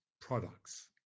products